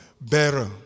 better